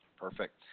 Perfect